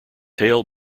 hailed